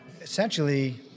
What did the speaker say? essentially